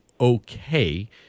okay